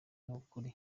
y’ukuri